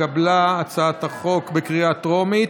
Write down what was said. הצעת החוק התקבלה בקריאה הטרומית.